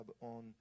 on